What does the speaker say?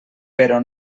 però